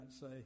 say